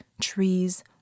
trees